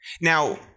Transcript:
Now